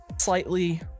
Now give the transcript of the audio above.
slightly